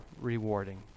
rewarding